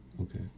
Okay